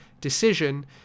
decision